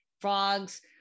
frogs